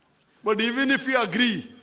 but even if we agree